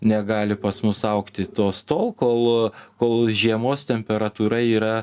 negali pas mus augti tos tol kol kol žiemos temperatūra yra